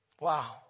Wow